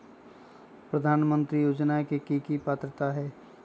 प्रधानमंत्री योजना के की की पात्रता है?